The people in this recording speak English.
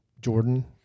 Jordan